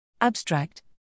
abstract